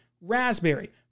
raspberry